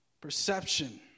Perception